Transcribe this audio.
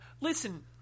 Listen